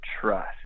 trust